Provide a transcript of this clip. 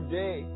day